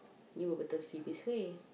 you wouldn't see this way